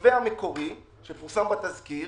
שבמתווה המקורי שפורסם בתזכיר